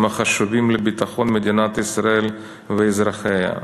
החשובים לביטחון מדינת ישראל ואזרחיה.